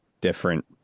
different